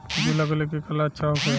जूं लगे के का लक्षण का होखे?